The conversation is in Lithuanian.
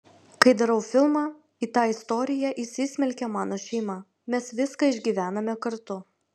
kai darau filmą į tą istoriją įsismelkia mano šeima mes viską išgyvename kartu